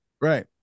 Right